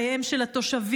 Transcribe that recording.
חייהם של התושבים.